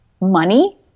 money